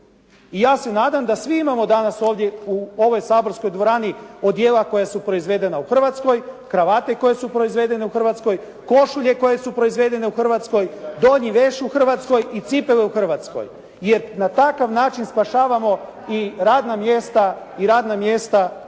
I ja se nadam da svi imamo danas ovdje u ovoj saborskoj dvorani odjela koja su proizvedena u Hrvatskoj, kravate koje su proizvedene u Hrvatskoj, košulje koje su proizvedene u Hrvatskoj, donji veš u Hrvatskoj i cipele u Hrvatskoj, jer na takav način spašavamo i radna mjesta u Hrvatskoj.